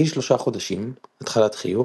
בגיל שלושה חודשים - התחלת חיוך,